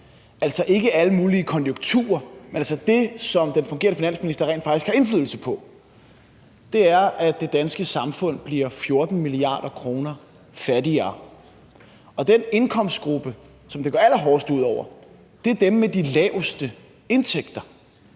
altså ikke alle mulige konjunkturer, men det, som den fungerende finansminister rent faktisk har indflydelse på, er, at det danske samfund bliver 14 mia. kr. fattigere, og den indkomstgruppe, som det går allerhårdest ud over, er dem med de laveste indtægter.